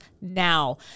now